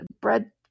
bread